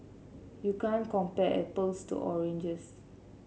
you can't compare apples to oranges